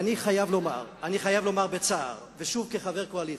אני חייב לומר בצער, ושוב, כחבר הקואליציה,